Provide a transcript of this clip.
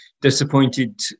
disappointed